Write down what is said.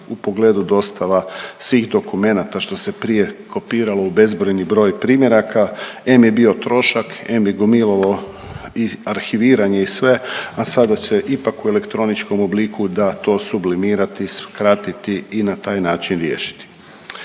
u pogledu dostava svih dokumenata, što se prije kopiralo u bezbrojni broj primjeraka, em je bio trošak, em je gomilalo arhiviranje i sve, a sada se ipak u elektroničkom obliku da to sublimirati, skratiti i na taj način riješiti.